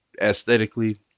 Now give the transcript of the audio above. aesthetically